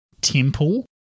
temple